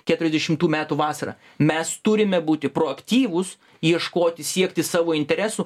keturiasdešimtų metų vasarą mes turime būti proaktyvūs ieškoti siekti savo interesų